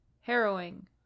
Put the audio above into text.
harrowing